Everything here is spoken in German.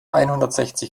einhundertsechzig